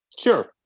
Sure